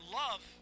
love